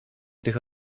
tych